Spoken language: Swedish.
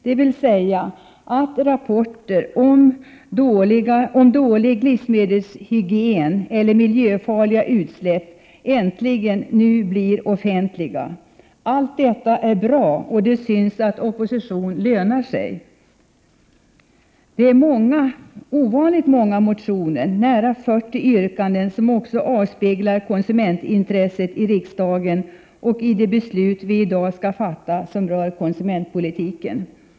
Det innebär att rapporter om dålig livsmedelshygien eller miljöfarliga utsläpp äntligen blir offentliga. Allt detta är bra, och det syns att opposition lönar sig. Det är ovanligt många motioner och nära 40 yrkanden som avspeglar konsumentintresset i riksdagen när det gäller de beslut vi i dag skall fatta. Herr talman!